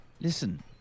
Listen